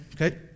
Okay